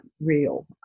real